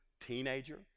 teenager